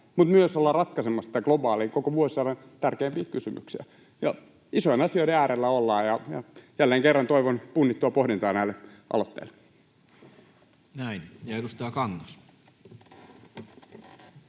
mutta myös ollaan ratkaisemassa niitä globaaleja, koko vuosisadan tärkeimpiä kysymyksiä. Isojen asioiden äärellä ollaan, ja jälleen kerran toivon punnittua pohdintaa näille aloitteille. [Speech 66]